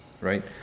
right